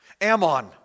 Ammon